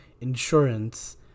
insurance